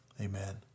Amen